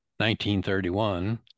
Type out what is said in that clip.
1931